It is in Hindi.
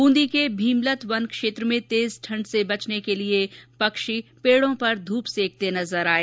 वूंदी के भीमलत वन क्षेत्र में तेज ठंड से बचने के लिये पक्षी पेड़ों पर ध्रप सेकते नजर आये